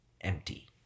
empty